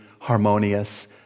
harmonious